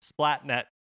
Splatnet